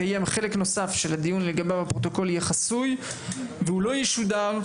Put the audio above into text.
יתקיים חלק נוסף של הדיון לגביו הפרוטוקול יהיה חסוי והוא לא ישודר,